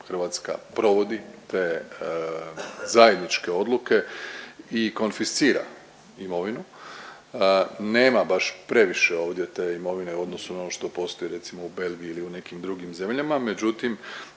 Hrvatska provodi te zajedničke odluke i konfiscira imovinu. Nema baš previše ovdje te imovine u odnosu na ono što postoji recimo u Belgiji ili u nekim drugim zemljama, međutim